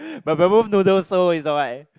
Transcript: noodles so it's alright